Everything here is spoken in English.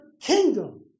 kingdom